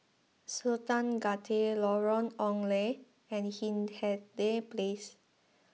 Sultan Gate Lorong Ong Lye and Hindhede Place